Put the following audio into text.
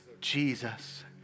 Jesus